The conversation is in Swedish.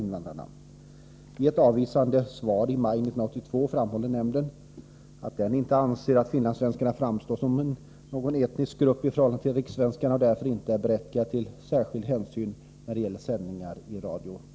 I ett avvisande svar i maj 1982 framhåller nämnden att den inte anser att finlandssvenskarna framstår som någon etnisk grupp i förhållande till rikssvenskarna och därför inte är berättigade till särskild hänsyn när det gäller sändningar i radio och TV.